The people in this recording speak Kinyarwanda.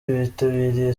bitabiriye